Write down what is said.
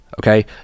Okay